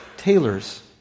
tailors